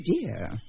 dear